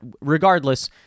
regardless